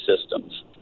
systems